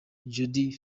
jody